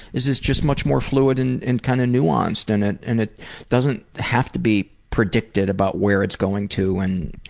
it's it's just much more fluid and and kind of nuanced and it and it doesn't have to be predictive about where it's going to and,